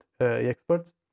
experts